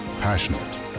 passionate